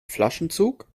flaschenzug